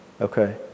Okay